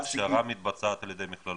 וההכשרה מתבצעת על ידי מכללות?